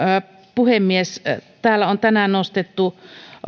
puhemies täällä on tänään nostettu